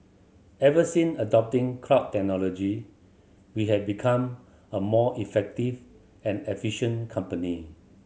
ever since adopting cloud technology we have become a more effective and efficient company